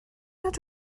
nad